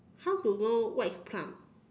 how to know what is plum